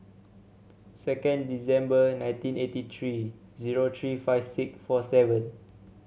second December nineteen eighty three zero three five six four seven